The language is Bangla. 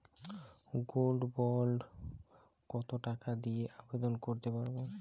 গোল্ড বন্ড কত টাকা দিয়ে আবেদন করতে পারবো?